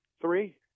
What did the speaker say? Three